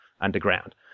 underground